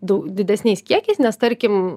dau didesniais kiekiais nes tarkim